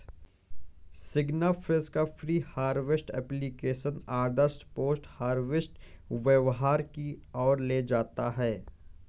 सिग्नाफ्रेश का pre harvest application आदर्श post harvest व्यवहार की ओर ले जाता है